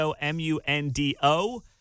M-U-N-D-O